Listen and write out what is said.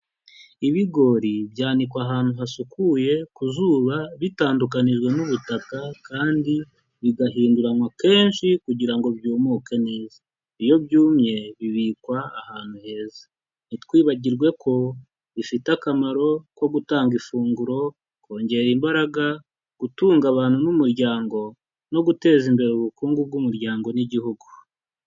Ibigori byanikwa ahantu hasukuye ku zuba bitandukanijwe n'ubutaka, kandi bigahinduranywa kenshi kugira ngo byumuke neza, iyo byumye bibikwa ahantu heza, ntitwibagirwe ko bifite akamaro ko gutanga ifunguro, kongera imbaraga, gutunga abantu n'umuryango, no guteza imbere ubukungu bw'umuryango n'igihugu.